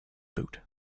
boot